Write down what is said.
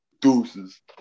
deuces